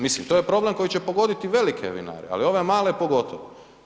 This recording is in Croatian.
Mislim, to je problem koji će pogoditi velike vinare ali ove male pogotovo.